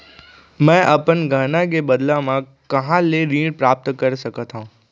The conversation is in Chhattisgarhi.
मै अपन गहना के बदला मा कहाँ ले ऋण प्राप्त कर सकत हव?